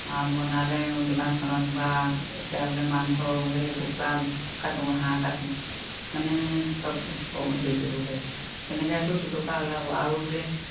বনালে দোকানখনত বা এতিয়া বোলে মাংস বোলে সেই কুকুৰা কাটোঁ হাঁহ কাটোঁ মানে সব হেৰি কৰিব পাৰিব তেনেকৈতো দুটকা ওলাব আৰু বোলে